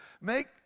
Make